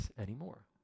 anymore